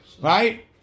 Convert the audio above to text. right